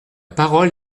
parole